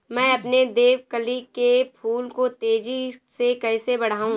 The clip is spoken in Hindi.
मैं अपने देवकली के फूल को तेजी से कैसे बढाऊं?